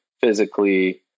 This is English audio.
physically